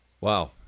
Wow